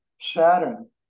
Saturn